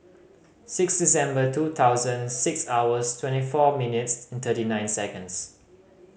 six December two thousand six hours twenty four minutes thirty nine seconds